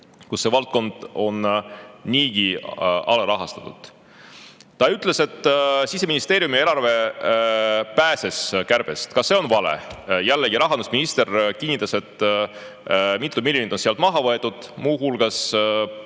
kus see valdkond on niigi alarahastatud. Priit ütles, et Siseministeeriumi eelarve pääses kärpest. Ka see on vale. Jällegi, rahandusminister kinnitas, et mitu miljonit on sealt maha võetud. Muu hulgas